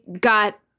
got